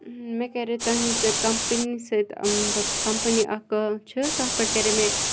مےٚ کَرے تَہنٛزِ کَمپَنی سۭتۍ مَطلَب کَمپَنی اکھ چھِ تَتھ پیٹھ کَرے مےٚ